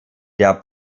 der